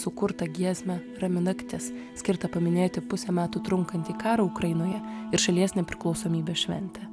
sukurtą giesmę rami naktis skirtą paminėti pusę metų trunkantį karą ukrainoje ir šalies nepriklausomybės šventę